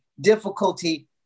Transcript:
difficulty